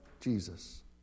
Jesus